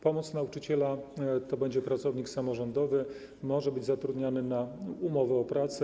Pomoc nauczyciela to będzie pracownik samorządowy, może być on zatrudniany na umowie o pracę.